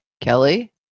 Kelly